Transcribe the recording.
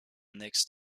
next